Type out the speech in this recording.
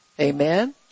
Amen